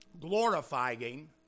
Glorifying